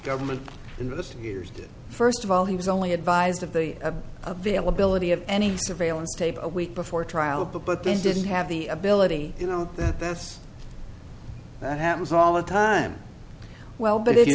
government in the years first of all he was only advised of the of availability of any surveillance tape a week before trial but this didn't have the ability to know that that's what happens all the time well but if you